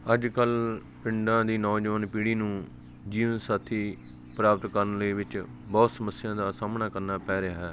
ਅੱਜ ਕੱਲ੍ਹ ਪਿੰਡਾਂ ਦੀ ਨੌਜਵਾਨ ਪੀੜ੍ਹੀ ਨੂੰ ਜੀਵਨ ਸਾਥੀ ਪ੍ਰਾਪਤ ਕਰਨ ਦੇ ਵਿੱਚ ਬਹੁਤ ਸਮੱਸਿਆ ਦਾ ਸਾਹਮਣਾ ਕਰਨਾ ਪੈ ਰਿਹਾ